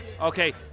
Okay